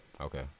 Okay